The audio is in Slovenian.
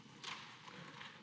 Hvala